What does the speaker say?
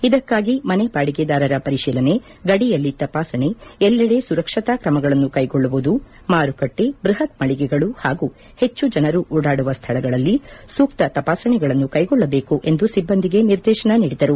ಇದಕ್ಕಾಗಿ ಮನೆ ಬಾಡಿಗೆದಾರರ ಪರಿಶೀಲನೆ ಗಡಿಯಲ್ಲಿ ತಪಾಸಣೆ ಎಲ್ಲೆಡೆ ಸುರಕ್ಷತಾ ಕ್ರಮಗಳನ್ನು ಕೈಗೊಳ್ಳುವುದು ಮಾರುಕಟ್ಟೆ ಬೃಹತ್ ಮಳಿಗೆಗಳು ಹಾಗೂ ಹೆಚ್ಚು ಜನರು ಓಡಾದುವ ಸ್ಥಳಗಳಲ್ಲಿ ಸೂಕ್ತ ತಪಾಸಣೆಗಳನ್ನು ಕೈಗೊಳ್ಳಬೇಕು ಎಂದು ಸಿಬ್ಬಂದಿಗೆ ನಿರ್ದೇಶನ ನೀಡಿದರು